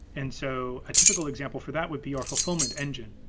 and so a typical example for that would be our fulfillment engine.